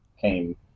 came